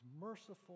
merciful